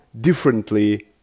differently